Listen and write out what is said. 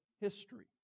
history